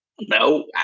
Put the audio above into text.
No